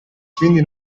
quindi